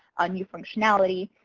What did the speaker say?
on new functionality,